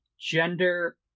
gender